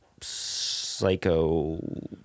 psycho